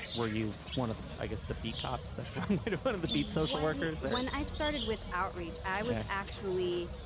were you one of the i guess the beat cops that's one kind of but of the beat social workers when i started with outreach i was actually.